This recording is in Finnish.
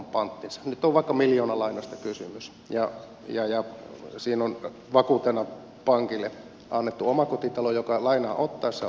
nyt on vaikka miljoonalainasta kysymys ja siinä on vakuutena pankille annettu omakotitalo joka lainaa otettaessa on hyväksytty